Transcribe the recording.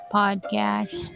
podcast